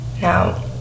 Now